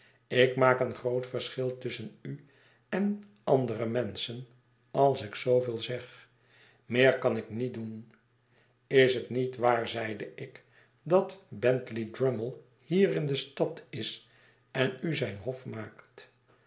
ik maak een groot verschil tusschen u en andere menschen als ik zooveel zeg meer kan ik niet doen is het niet waar zeide ik dat bentley brummie hier in de stad is en u zijn hof maakt